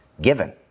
given